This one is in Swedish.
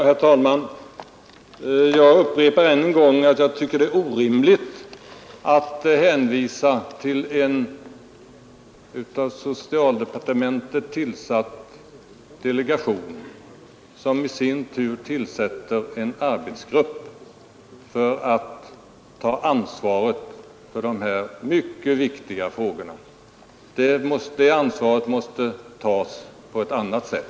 Herr talman! Jag upprepar än en gång att jag tycker att det är orimligt att hänvisa till en av socialdepartementet tillsatt delegation, som i sin tur tillsätter en arbetsgrupp för att ta ansvaret för de här mycket viktiga frågorna. Det ansvaret måste tas på ett annat sätt.